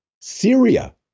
Syria